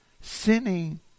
sinning